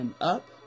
up